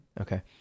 Okay